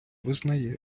визнає